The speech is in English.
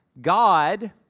God